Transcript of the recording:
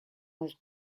was